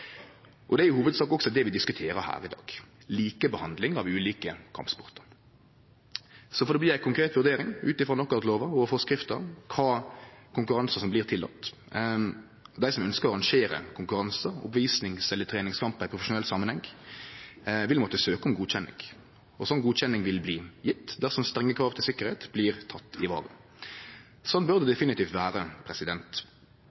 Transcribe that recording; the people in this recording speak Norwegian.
Det er òg i hovudsak det vi diskuterer her i dag – likebehandling av ulike kampsportar. Så får det bli ei konkret vurdering, ut ifrå knockoutloven og forskrifta, kva konkurransar som blir tillatne. Dei som ønskjer å arrangere konkurransar, oppvisnings- eller treningskampar i profesjonell samanheng, vil måtte søke om godkjenning. Slik godkjenning vil bli gjeven, dersom strenge krav til sikkerheit blir tekne i vare. Slik bør det